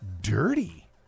dirty